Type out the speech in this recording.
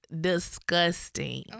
disgusting